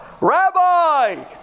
Rabbi